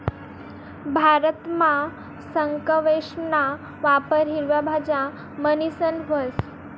भारतमा स्क्वैशना वापर हिरवा भाज्या म्हणीसन व्हस